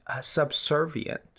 subservient